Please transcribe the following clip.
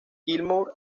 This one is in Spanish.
gilmour